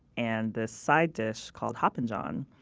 and this side dish called hoppin' john.